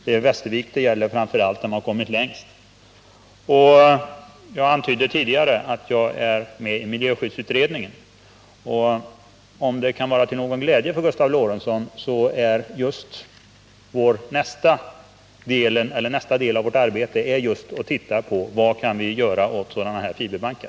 Det gäller framför allt Västervik, där man kommit längst. Jag antydde tidigare att jag är med i miljöskyddsutredningen, och om det kan vara till någon glädje för Gustav Lorentzon är nästa del i vårt arbete just att se på vad man kan göra åt sådana här fiberbankar.